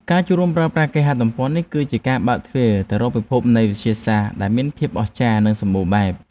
ការចូលរួមប្រើប្រាស់គេហទំព័រនេះ គឺជាការបើកទ្វារទៅរកពិភពលោកនៃវិទ្យាសាស្ត្រដែលមានភាពអស្ចារ្យនិងសម្បូរបែប។